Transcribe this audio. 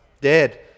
Dead